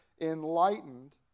enlightened